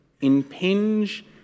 impinge